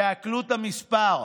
תעכלו את המספר,